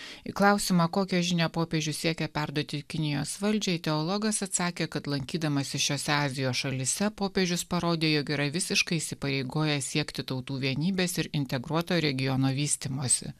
į klausimą kokią žinią popiežius siekia perduoti kinijos valdžiai teologas atsakė kad lankydamasis šiose azijos šalyse popiežius parodė jog yra visiškai įsipareigojęs siekti tautų vienybės ir integruoto regiono vystymosi